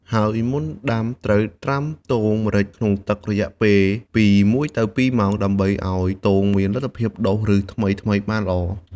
ហើយមុនដាំត្រូវត្រាំទងម្រេចក្នុងទឹក រយៈពេលពី ១ ទៅ ២ ម៉ោង ដើម្បីឱ្យទងមានលទ្ធភាពដុះឫសថ្មីៗបានល្អ។